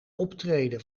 optreden